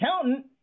accountant